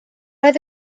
oedd